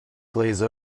glaze